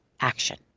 action